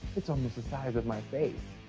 it's almost the size of my face.